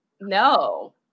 No